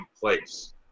place